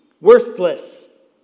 worthless